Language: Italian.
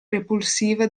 repulsiva